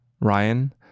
Ryan